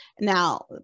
Now